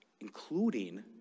including